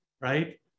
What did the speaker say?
right